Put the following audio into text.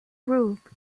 group